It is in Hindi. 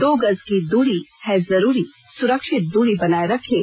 दो गज की दूरी है जरूरी सुरक्षित दूरी बनाए रखें